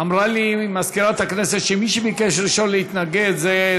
אמרה לי מזכירת הכנסת שמי שביקש ראשון להתנגד זה,